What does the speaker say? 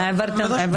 כן, העברתי היום.